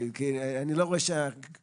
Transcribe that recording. אה, בשדה בוקר.